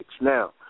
now